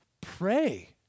Pray